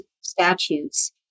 statutes